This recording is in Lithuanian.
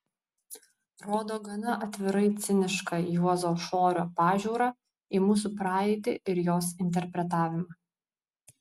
rodo gana atvirai cinišką juozo šorio pažiūrą į mūsų praeitį ir jos interpretavimą